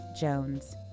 Jones